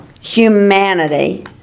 humanity